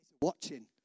Watching